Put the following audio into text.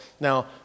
Now